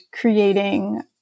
creating